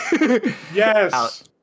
Yes